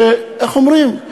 איך אומרים,